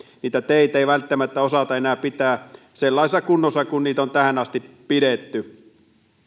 teitä ei välttämättä osata enää pitää sellaisessa kunnossa missä niitä on tähän asti pidetty